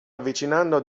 avvicinando